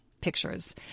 pictures